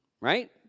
Right